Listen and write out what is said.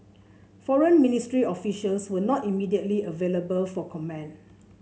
foreign ministry officials were not immediately available for comment